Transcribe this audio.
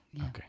Okay